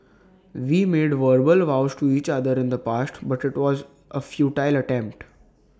we made verbal vows to each other in the past but IT was A futile attempt